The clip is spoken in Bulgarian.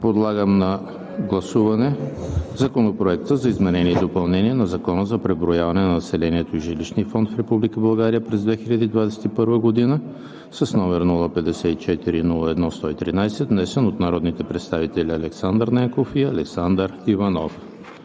Подлагам на гласуване Законопроект за изменение и допълнение на Закона за преброяване на населението и жилищния фонд в Република България през 2021 г., с № 054-01-113, внесен от народните представители Александър Ненков и Александър Иванов.